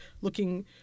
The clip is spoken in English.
looking